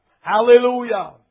hallelujah